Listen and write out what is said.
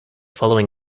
following